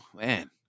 man